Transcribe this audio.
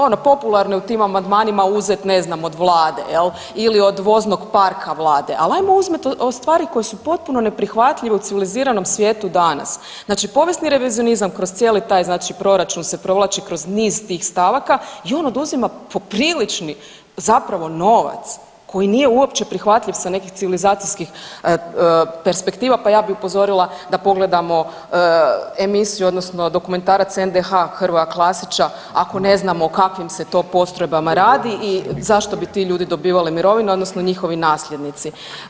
Ono popularno je u tim Amandmanima uzet ne znam od Vlade ili od voznog parka Vlade, ali ajmo uzet od stvari koje su potpuno neprihvatljive u civiliziranom svijetu danas, znači povijesni revizionizam kroz cijeli taj znači Proračun se provlači kroz niz tih stavaka i on oduzima poprilični zapravo novac koji nije uopće prihvatljiv sa nekih civilizacijskih perspektiva pa ja bi upozorila da pogledamo emisiju odnosno dokumentarac NDH Hrvoja Klasića ako ne znamo o kakvim se to postrojbama radi i zašto bi ti ljudi dobivali mirovinu odnosno njihovi nasljednici.